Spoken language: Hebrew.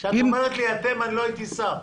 כשאת אומרת לי אתם, אני לא הייתי שר.